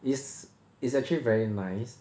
it's it's actually very nice